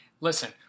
Listen